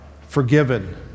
forgiven